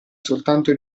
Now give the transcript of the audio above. soltanto